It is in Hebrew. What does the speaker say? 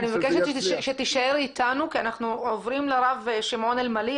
ואני מבקשת שתישאר איתנו כי אנחנו עוברים לרב שמעון אלמליח,